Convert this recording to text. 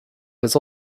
was